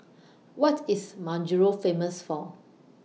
What IS Majuro Famous For